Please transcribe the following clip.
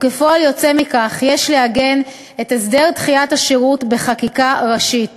וכפועל יוצא מכך יש לעגן את הסדר דחיית השירות בחקיקה ראשית.